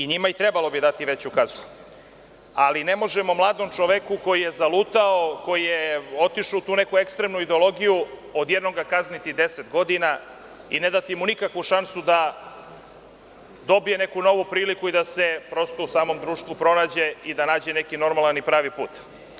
Njima bi i trebalo dati veću kaznu, ali ne možemo mladom čoveku koji je zalutao, otišao u tu neku ekstremnu ideologiju, odjednom ga kazniti deset godina i ne dati mu nikakvu šansu da dobije neku novu priliku i da se u samom društvu pronađe i nađe neki normalan i pravi put.